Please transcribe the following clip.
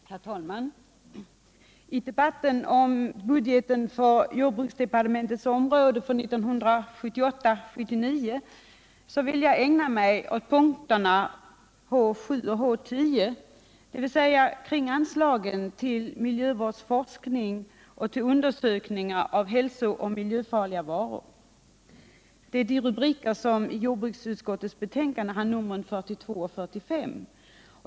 Herr talman! I debatten om budgeten för jordbruksdepartementets område för 1978/79 vill jag ägna mig åt punkterna H 7 och H 10, dvs. anslagen till miljövårdsforsk ning och till undersökningar av hälsooch miljöfarliga varor; det är de rubriker som i jordbruksutskottets betänkande har nr 42 och 45.